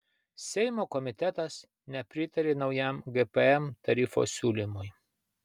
seimo komitetas nepritarė naujam gpm tarifo siūlymui